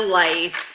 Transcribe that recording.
life